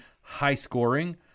high-scoring